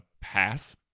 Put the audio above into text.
pass